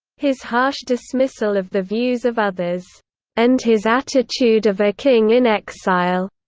his harsh dismissal of the views of others and his attitude of a king in exile.